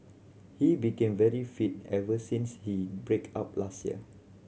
he became very fit ever since he break up last year